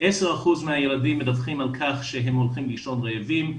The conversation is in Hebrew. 10% מהילדים מדווחים על כך שהם הולכים לישון רעבים,